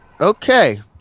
Okay